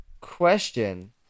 Question